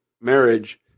marriage